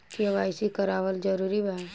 KYC करवावल जरूरी बा?